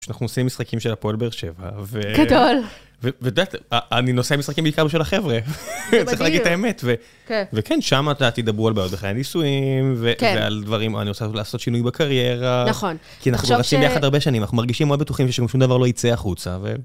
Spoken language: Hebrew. כשאנחנו עושים משחקים של הפול בר שבע, ו... גדול. ואת יודעת, אני נוסע במשחקים בעיקר בשביל החבר'ה. צריך להגיד את האמת, וכן, שמה תדברו על בעיות בחיים ניסויים, ועל דברים, או אני רוצה לעשות שינוי בקריירה. נכון. כי אנחנו רצים יחד הרבה שנים, אנחנו מרגישים מאוד בטוחים ששום דבר לא יצא החוצה, ו...